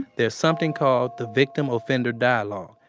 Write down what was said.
there's something called the victim offender dialogue.